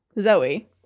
Zoe